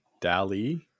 Dali